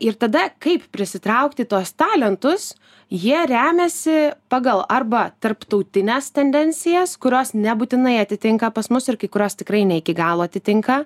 ir tada kaip prisitraukti tuos talentus jie remiasi pagal arba tarptautines tendencijas kurios nebūtinai atitinka pas mus ir kai kurios tikrai ne iki galo atitinka